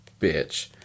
bitch